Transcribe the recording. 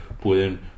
pueden